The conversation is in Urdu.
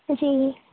جی